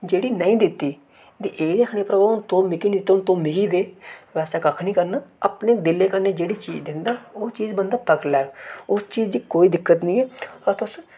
जेह्ड़ी नेईं दित्ती ते एह् आखनी भ्रावा हून तूं मिकी निं दित्ती हून तूं मिगी दे वैसा कक्ख निं करना अपने दिले कन्नै जेह्ड़ी चीज दिंदा ओह् चीज बंदा पकड़ी लैह्ग उस चीज दी कोई दिक्कत नेईं ऐ और तुस